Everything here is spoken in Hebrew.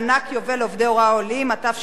בעד,